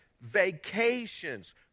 vacations